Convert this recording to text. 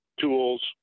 tools